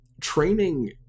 training